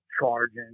charging